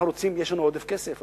יש לנו עודף כסף,